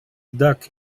duck